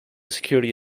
security